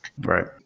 right